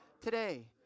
today